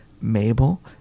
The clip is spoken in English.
Mabel